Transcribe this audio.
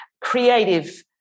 creative